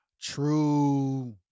true